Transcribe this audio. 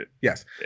Yes